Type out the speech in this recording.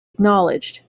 acknowledged